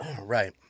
Right